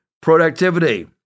productivity